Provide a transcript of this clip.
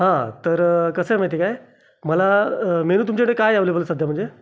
हा तर कसं आहे माहिती काय मला मेनू तुमच्याकडे काय अव्हेलेबल आहे सध्या म्हणजे